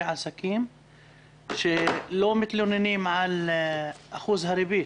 העסקים שלא מתלוננים על אחוז הריבית,